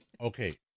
Okay